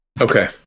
Okay